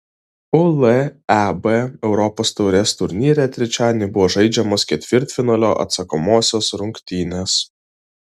uleb europos taurės turnyre trečiadienį buvo žaidžiamos ketvirtfinalio atsakomosios rungtynės